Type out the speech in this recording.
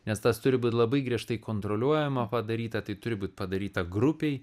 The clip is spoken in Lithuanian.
nes tas turi būt labai griežtai kontroliuojama padaryta tai turi būt padaryta grupėj